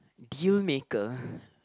deal maker